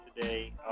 today